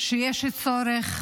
שיש צורך